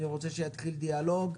אני רוצה שיתחיל דיאלוג.